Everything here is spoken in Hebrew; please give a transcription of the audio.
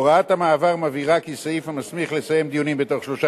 הוראת המעבר מבהירה כי סעיף המסמיך לסיים דיונים בתוך שלושה